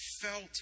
felt